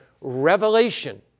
Revelation